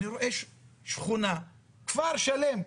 אני רואה שכונה כפר שלם,